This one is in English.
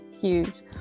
huge